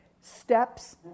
steps